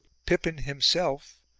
pippin himself,